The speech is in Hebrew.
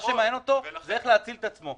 מה שמעניין אותו זה איך להציל את עצמו.